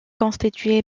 constitué